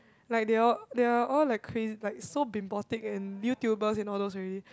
like they all they're all like crazy like so bimbotic and YouTubers and all those already